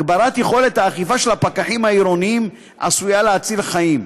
הגברת יכולת האכיפה של הפקחים העירוניים עשויה להציל חיים.